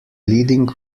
leading